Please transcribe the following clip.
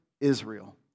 Israel